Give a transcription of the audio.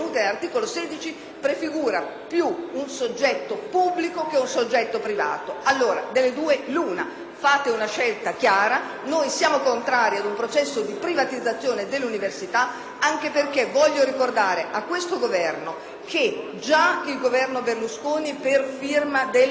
prefigura più un soggetto pubblico che un soggetto privato. Delle due l'una: fate una scelta chiara. Noi siamo contrari ad un processo di privatizzazione dell'università anche perché - voglio ricordarlo a questo Governo - già il Governo Berlusconi per firma del ministro Moratti,